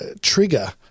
trigger